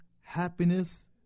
happiness